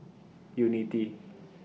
Unity